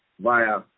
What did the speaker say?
via